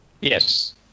Yes